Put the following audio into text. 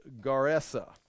garesa